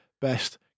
Best